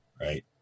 Right